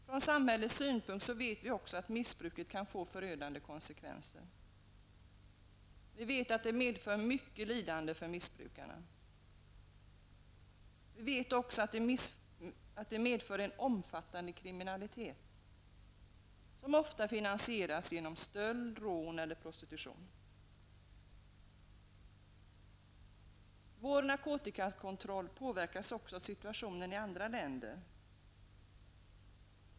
Från samhällets synvinkel vet vi också att missbruket kan få förödande konsekvenser. Vi vet att det medför mycket lidande för missbrukarna. Vi vet också att det medför en omfattande kriminalitet som ofta finansieras med hjälp av stölder, rån eller prostitution. Vår kontroll av narkotika påverkas av situationen i andra länder.